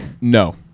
no